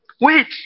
wait